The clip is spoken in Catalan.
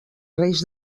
reis